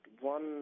one